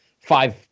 five